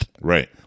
Right